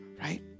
right